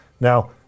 Now